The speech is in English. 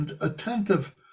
attentive